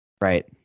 Right